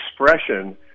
expression